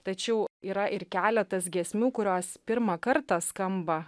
tačiau yra ir keletas giesmių kurios pirmą kartą skamba